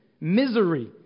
Misery